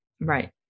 Right